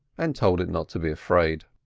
and told it not to be afraid.